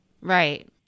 right